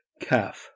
Calf